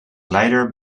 leider